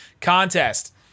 contest